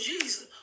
Jesus